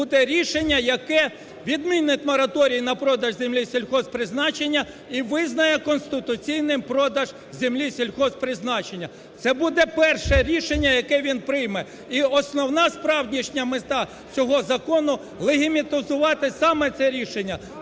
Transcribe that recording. буде рішення, яке відмінить мораторій на продаж землі сільгосппризначення і визнає конституційним продаж землі сільгосппризначення. Це буде перше рішення, яке він прийме. І основна справжня мета цього закону – легітимізувати саме це рішення,